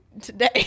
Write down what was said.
today